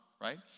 Right